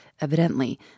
evidently